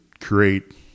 create